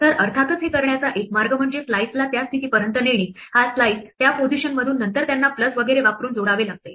तर अर्थातच हे करण्याचा एक मार्ग म्हणजे स्लाइसला त्या स्थितीपर्यंत नेणे हा स्लाइस त्या पोजीशनमधून नंतर त्यांना प्लस वगैरे वापरून जोडावे लागते